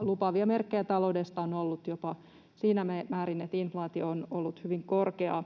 lupaavia merkkejä taloudesta on ollut jopa siinä määrin, että inflaatio on ollut hyvin korkeaa,